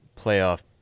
playoff